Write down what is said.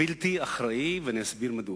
הוא פשוט הזוי ובלתי אחראי, ואני אסביר מדוע.